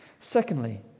Secondly